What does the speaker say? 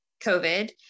COVID